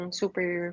super